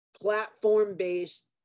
platform-based